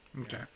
Okay